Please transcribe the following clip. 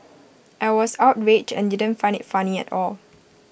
I was outraged and didn't find IT funny at all